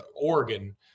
Oregon